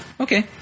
Okay